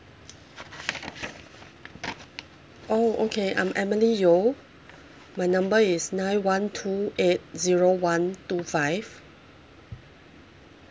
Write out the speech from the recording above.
oh okay I'm emily yeo my number is nine one two eight zero one two five